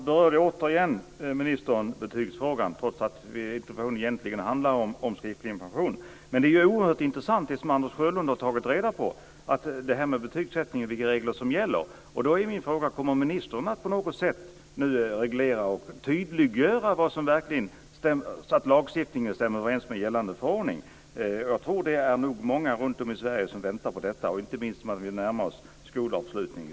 Fru talman! Återigen börjar ministern diskutera betygsfrågan trots att det egentligen handlar om skriftlig information. Det som Anders Sjölund har tagit reda på om betygssättningsregler är oerhört intressant. Då är min fråga om ministern på något sätt kommer att reglera och tydliggöra det så att lagstiftningen verkligen stämmer överens med gällande förordning. Jag tror att det är många runtom i Sverige som väntar på detta, inte minst nu när vi närmar oss skolavslutning.